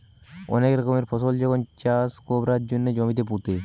অনেক রকমের ফসল যখন চাষ কোরবার জন্যে জমিতে পুঁতে